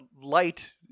light